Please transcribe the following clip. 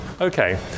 okay